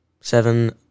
Seven